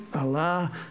Allah